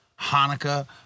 Hanukkah